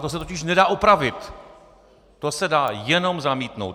To se totiž nedá opravit, to se dá jenom zamítnout.